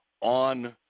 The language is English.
on